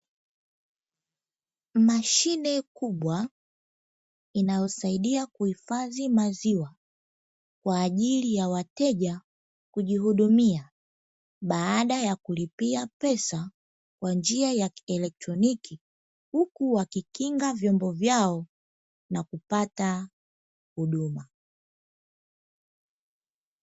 Mashine kubwa inayosaidia kuhifadhi maziwa kwa ajili ya wateja kujihudumia baada ya kulipia pesa kwa njia ya kielektroniki, huku wakikinga vyombo vyao na kupata huduma.